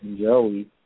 Joey